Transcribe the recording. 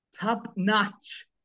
top-notch